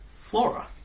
Flora